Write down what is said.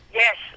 yes